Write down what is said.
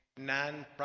nonprofit